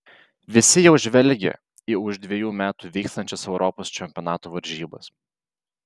visi jau žvelgia į už dvejų metų vyksiančias europos čempionato varžybas